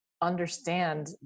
understand